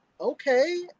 okay